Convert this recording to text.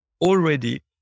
already